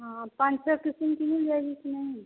हाँ पाँच छः किस्म की मिल जाएगी कि नहीं